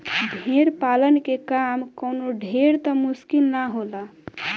भेड़ पालन के काम कवनो ढेर त मुश्किल ना होला